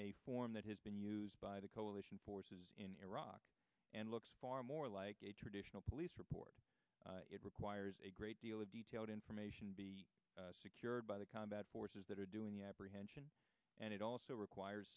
a form that has been used by the coalition for in iraq and looks far more like a traditional police report it requires a great deal of detailed information be secured by the combat forces that are doing every engine and it also requires